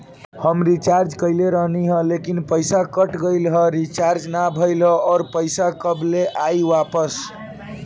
हम रीचार्ज कईले रहनी ह लेकिन पईसा कट गएल ह रीचार्ज ना भइल ह और पईसा कब ले आईवापस?